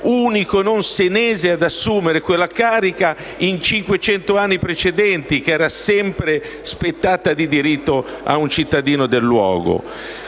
unico non senese ad assumere quella carica che nei 500 anni precedenti era spettata di diritto ad un cittadino del luogo.